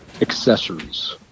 accessories